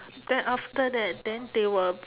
then after that then they will